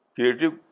Creative